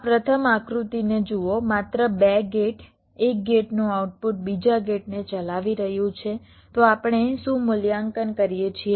આ પ્રથમ આકૃતિને જુઓ માત્ર 2 ગેટ 1 ગેટનું આઉટપુટ બીજા ગેટને ચલાવી રહ્યું છે તો આપણે શું મૂલ્યાંકન કરીએ છીએ